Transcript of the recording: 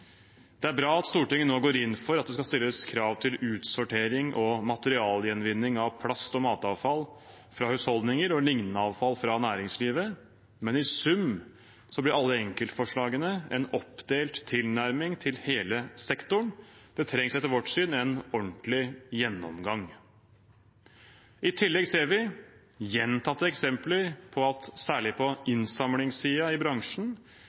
Det er bra at Stortinget nå går inn for at det skal stilles krav til utsortering og materialgjenvinning av plast og matavfall fra husholdninger og liknende avfall fra næringslivet, men i sum blir alle enkeltforslagene en oppdelt tilnærming til hele sektoren. Det trengs etter vårt syn en ordentlig gjennomgang. I tillegg ser vi gjentatte eksempler på at særlig på innsamlingssiden i bransjen